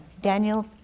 Daniel